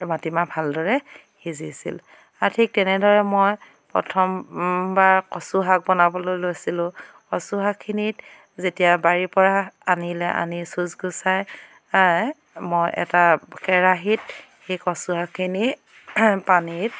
মাটি মাহ ভালদৰে সিজিছিল আৰু ঠিক তেনেদৰে মই প্ৰথম বাৰ কচু শাক বনাবলৈ লৈছিলোঁ কচু শাকখিনিত যেতিয়া বাৰীৰ পৰা আনিলে আনি চুঁচ গুচাই গুচাই মই এটা কেৰাহীত সেই কচু শাকখিনি পানীত